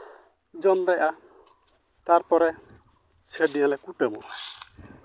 ᱡᱚᱢ ᱫᱟᱲᱮᱭᱟᱜᱼᱟ ᱛᱟᱨᱯᱚᱨᱮ ᱠᱩᱴᱟᱹᱢᱚᱜᱼᱟ